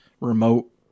remote